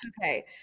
okay